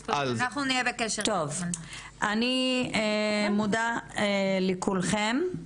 טוב, אני מודה לכולכם.